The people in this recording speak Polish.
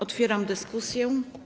Otwieram dyskusję.